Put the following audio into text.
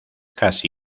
casi